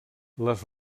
les